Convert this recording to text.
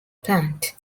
plant